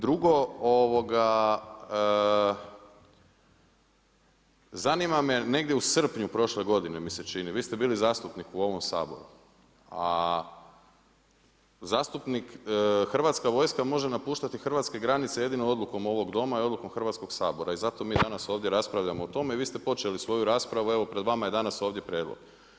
Drugo, zanima me negdje u srpnju prošle godine mi se čini, vi ste bili zastupnik u ovom Saboru, a Hrvatska vojska može napuštati hrvatske granice jedino odlukom ovog Doma i odlukom Hrvatskog sabora i zato mi danas ovdje raspravljamo o tome i vi ste počeli svoju raspravu, evo pred vama je danas ovdje prijedlog.